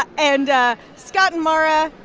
and scott and mara,